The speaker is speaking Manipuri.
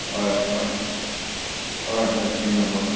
ꯍꯣꯏ ꯍꯣꯏ ꯍꯣꯏ ꯍꯣꯏ ꯆꯨꯝꯃꯦ ꯍꯣꯏ